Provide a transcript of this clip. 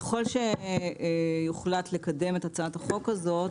ככל שיוחלט לקדם את הצעת החוק הזאת,